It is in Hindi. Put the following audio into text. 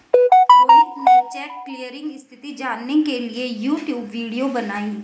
रोहित ने चेक क्लीयरिंग स्थिति जानने के लिए यूट्यूब वीडियो बनाई